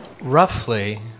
Roughly